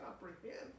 comprehend